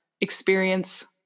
experience